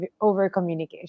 overcommunication